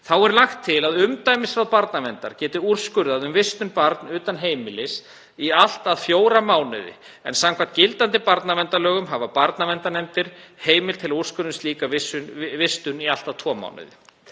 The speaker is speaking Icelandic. Þá er lagt til að umdæmisráð barnaverndar geti úrskurðað um vistun barna utan heimilis í allt að fjóra mánuði, en samkvæmt gildandi barnaverndarlögum hafa barnaverndarnefndir heimild til úrskurða slíka vistun í allt að tvo mánuði.